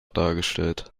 dargestellt